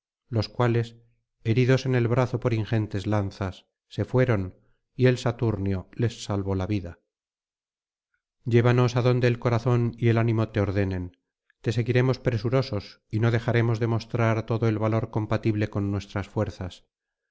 los cuales heridos en el brazo por ingentes lanzas se fueron y el saturnio les salvó la vida llévanos adonde el corazón y el ánimo te ordenen te seguiremos presurosos y no dejaremos de mostrar todo el valor compatible con nuestras fuerzas